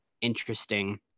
interesting